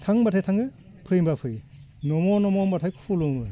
थां होनबाथाय थाङो फै होनबाथाय फैयो नम' नम' होनबाथाय खुलुमो